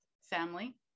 family